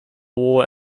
war